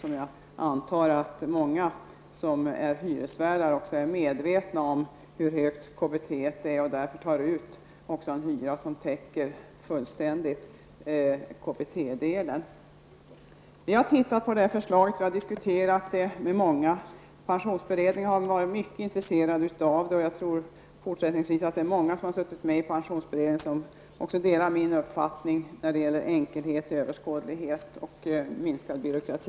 Jag antar att många av hyresvärdarna är medvetna om hur högt KBT som utbetalas och därför tar ut en hyra som helt täcker KBT-delen. Vi har diskuterat vårt förslag med många. Pensionsberedningen har varit mycket intresserade av det, och jag tror att många som har suttit i pensionsberedningen delar min uppfattning om enkelhet, överskådlighet och minskad byråkrati.